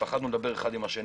ופחדנו לדבר אחד עם השני.